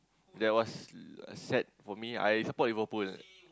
that was uh sad for me I support Liverpool